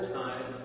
time